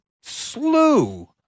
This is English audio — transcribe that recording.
slew